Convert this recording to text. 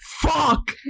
Fuck